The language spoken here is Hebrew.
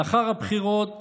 לאחר הבחירות